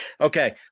Okay